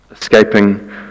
escaping